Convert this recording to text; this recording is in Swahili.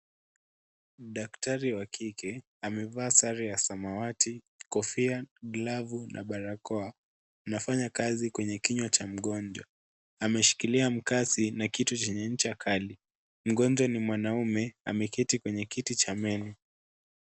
Daktari wa kike amevaa sare ya samawati, kofia, glovu na barakoa. Anafanya kazi kwenye kinywa cha mgonjwa. Ameshikilia makasi na kitu chenye ncha kali. Mgonjwa ni mwanaume. Ameketi kwenye kiti cha meno.